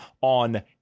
on